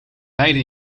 beide